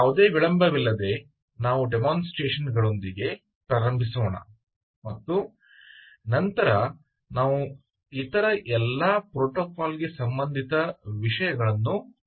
ಯಾವುದೇ ವಿಳಂಬವಿಲ್ಲದೆ ನಾವು ಡೆಮೊಸ್ಟ್ರೇಷನ್ ಗಳೊಂದಿಗೆ ಪ್ರಾರಂಭಿಸೋಣ ಮತ್ತು ನಂತರ ನಾವು ಇತರ ಎಲ್ಲ ಪ್ರೋಟೋಕಾಲ್ ಗೆ ಸಂಬಂಧಿತ ವಿಷಯಗಳನ್ನು ನೋಡೋಣ